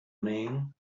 man